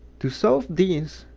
to solve this,